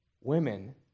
women